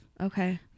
Okay